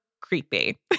creepy